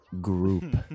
group